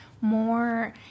more